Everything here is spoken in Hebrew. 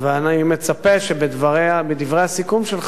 אני מצפה שבדברי הסיכום שלך,